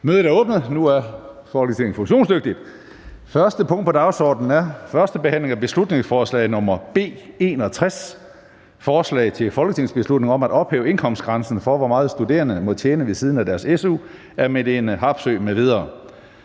Mødet er udsat. (Kl. 10:00). --- Det første punkt på dagsordenen er: 1) 1. behandling af beslutningsforslag nr. B 61: Forslag til folketingsbeslutning om at ophæve indkomstgrænsen for, hvor meget studerende må tjene ved siden af deres su. Af Marlene Harpsøe (DD)